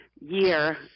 year